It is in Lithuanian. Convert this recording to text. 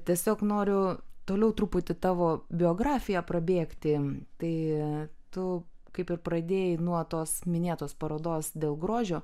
tiesiog noriu toliau truputį tavo biografiją prabėgti tai tu kaip ir pradėjai nuo tos minėtos parodos dėl grožio